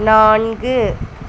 நான்கு